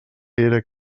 era